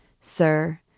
Sir